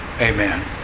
Amen